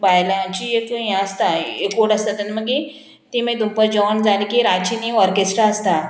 बायलांची एक हें आसता एकोट आसता तेन्ना मागीर ती मागीर तुमकां जेवण जालें की रातचीनी ऑर्केस्ट्रा आसता